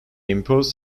imposed